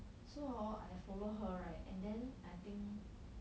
so hor I follow her right and then I think